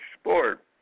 sport